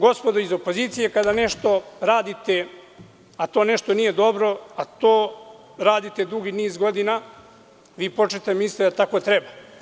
Gospodo iz opozicije, kada nešto radite, a to nešto nije dobro, a to radite dugi niz godina, vi počnete mislite da tako treba.